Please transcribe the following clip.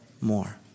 more